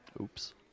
Oops